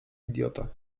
idiota